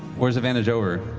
or is advantage over?